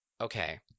okay